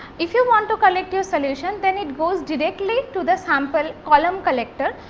if you want to collect your solution, then it goes directly to the sample column collector,